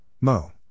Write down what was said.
Mo